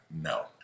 No